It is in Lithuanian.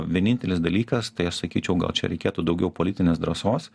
vienintelis dalykas tai aš sakyčiau gal čia reikėtų daugiau politinės drąsos